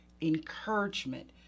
encouragement